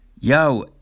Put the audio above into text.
yo